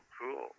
Cool